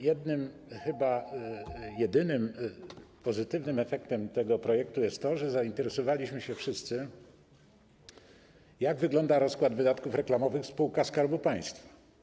Jednym, chyba jedynym pozytywnym efektem tego projektu jest to, że zainteresowaliśmy się wszyscy, jak wygląda rozkład wydatków reklamowych w spółkach Skarbu Państwa.